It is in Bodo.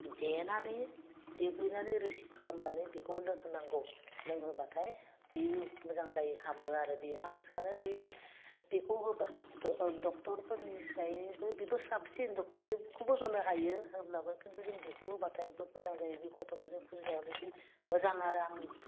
देनानै देग्लिनानै रोसि खालामनानै बेखौ लोंहोनांगौ लोंहोबाथाय बेयो मोजां जायो हामो आरो बे आं सानो बे बेखौ होबाथ' डक्टरफोरनिसायबो बेबो साबसिन डक्टरनिखौबो होनो हायो होब्लाबो खिन्थु जों बेखौ होबाथाय एगदुम मोजां जायो बे गथ'फोरनि गुजुनायाव हले बे मोजां आरो आं